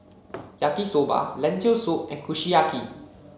Yaki Soba Lentil Soup and Kushiyaki